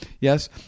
yes